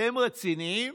אתם רציניים?